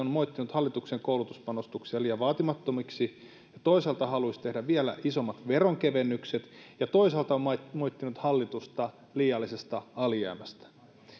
on siis moittinut hallituksen koulutuspanostuksia liian vaatimattomiksi ja toisaalta haluaisi tehdä vielä isommat veronkevennykset ja toisaalta on moittinut moittinut hallitusta liiallisesta alijäämästä